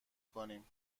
کنیم